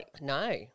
No